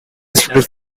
respected